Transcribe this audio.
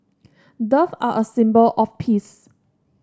doves are a symbol of peace